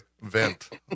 Vent